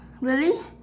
really